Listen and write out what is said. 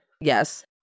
Yes